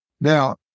Now